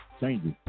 changes